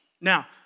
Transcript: Now